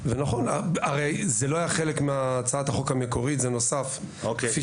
ונכון הרי זה לא היה חלק מהצעת החוק המקורית זה נוסף כפי